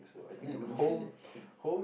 I wouldn't feel that home